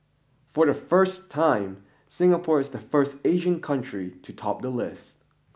for the first time Singapore is the first Asian country to top the list